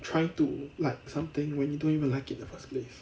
trying to like something when you don't even like it in the first place